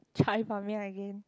try ban Mian again